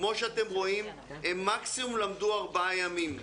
כמו שאתם רואים, הם מקסימום למדו ארבעה ימים,